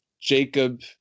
Jacob